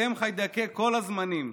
אתם חיידקי כל הזמנים,